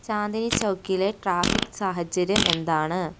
ചാന്ദ്നി ചൗക്കിലെ ട്രാഫിക് സാഹചര്യം എന്താണ്